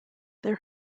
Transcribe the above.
there